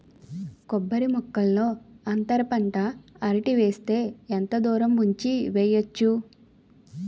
కొబ్బరి మొక్కల్లో అంతర పంట అరటి వేస్తే ఎంత దూరం ఉంచి వెయ్యొచ్చు?